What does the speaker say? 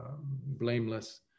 blameless